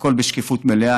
והכול בשקיפות מלאה,